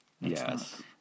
Yes